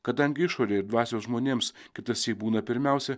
kadangi išorė ir dvasios žmonėms kitąsyk būna pirmiausia